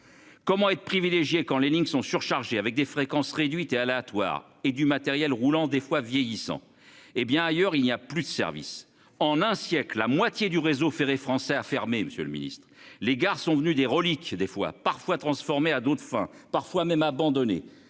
Comment être privilégiée quand les lignes sont surchargées avec des fréquences réduites et aléatoire et du matériel roulant, des fois vieillissant, hé bien ailleurs, il n'y a plus de services en un siècle, la moitié du réseau ferré français a fermé. Monsieur le Ministre, les gares sont venus des reliques des fois parfois transformée à d'autres fins, parfois même abandonnées